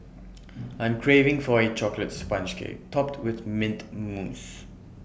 I am craving for A Chocolate Sponge Cake Topped with Mint Mousse